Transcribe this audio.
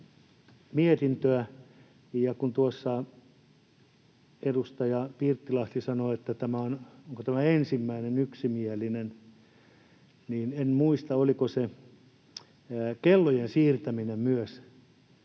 mietintöä. Ja kun tuossa edustaja Pirttilahti sanoi, että tämä on ensimmäinen yksimielinen, niin en muista, oliko se kellojen siirtäminen myös